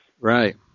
Right